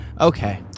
okay